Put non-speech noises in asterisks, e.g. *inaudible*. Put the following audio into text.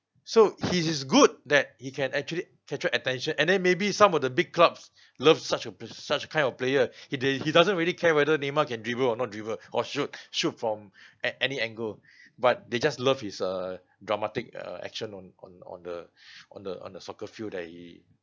so he is good that he can actually catches attention and then maybe some of the big clubs *breath* love such a p~ such kind of player *breath* he they he doesn't really care whether neymar can dribble or not dribble or shoot *breath* shoot from at any angle *breath* but they just love his err dramatic uh action on on on the on the on the soccer field that he